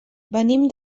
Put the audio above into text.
venim